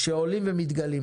שעולים ומתגלים.